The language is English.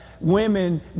women